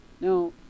Now